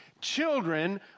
Children